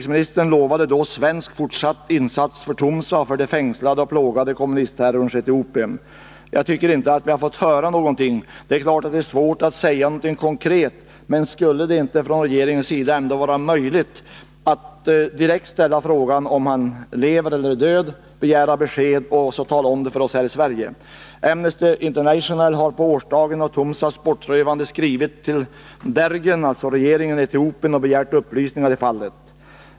Han lovade då fortsatta svenska insatser för Tumsa och för de fängslade och plågade i kommunistterrorns Etiopien. Emellertid tycker jag inte att vi har fått några egentliga besked. Det är klart att det är svårt att säga någonting konkret, men skulle det ändå inte vara möjligt för regeringen att direkt ställa frågan om Tumsa lever eller är död, att begära besked och sedan tala om det för oss i Sverige? Amnesty International har på årsdagen av Tumsas bortrövande skrivit till dergen, dvs. regeringen, i Etiopien och begärt upplysningar i fallet.